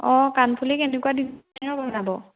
অঁ কাণফুলি কেনেকুৱা ডিজাইনৰ বনাব